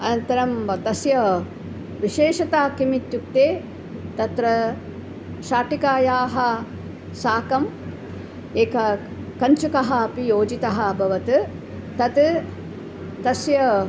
अनन्तरं तस्य विशेषता किमित्युक्ते तत्र शाटिकायाः साकम् एका कञ्चुकः अपि योजितः अभवत् तत् तस्य